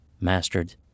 mastered